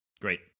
Great